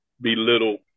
belittle